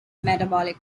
metabolic